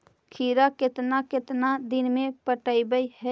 खिरा केतना केतना दिन में पटैबए है?